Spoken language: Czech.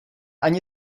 ani